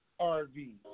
RV